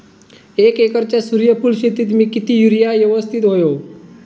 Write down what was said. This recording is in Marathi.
एक एकरच्या सूर्यफुल शेतीत मी किती युरिया यवस्तित व्हयो?